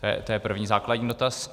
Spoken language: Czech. To je první, základní dotaz.